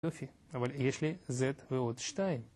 יופי, אבל יש לי זד ועוד שתיים